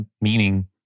meaning